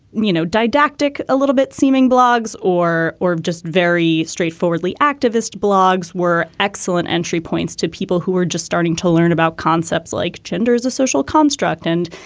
you know, didactic, a little bit seeming blogs or or just very straightforwardly activist blogs were excellent entry points to people who were just starting to learn about concepts like gender is a social construct. and,